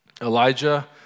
Elijah